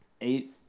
eight